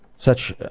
such